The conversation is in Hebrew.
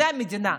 זו המדינה.